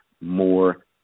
more